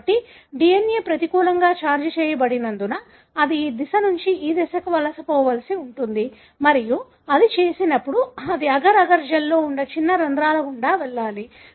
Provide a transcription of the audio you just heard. కాబట్టి DNA ప్రతికూలంగా charge చేయబడినందున అది ఈ దిశ నుండి ఈ దిశకు వలసపోవలసి ఉంటుంది మరియు అది చేసినప్పుడు అది అగర్ అగర్ జెల్లో ఉండే చిన్న రంధ్రాల గుండా వెళ్లాలి